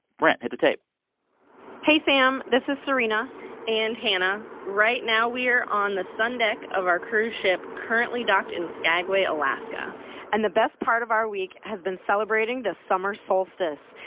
brent, hit the tape hey, sam. this is serena and hannah. right now we're on the sun deck of our cruise ship, currently docked in skagway, alaska and the best part of our week has been celebrating the summer solstice.